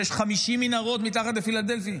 שיש 50 מנהרות מתחת לפילדלפי?